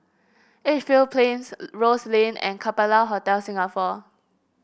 Edgefield Plains Rose Lane and Capella Hotel Singapore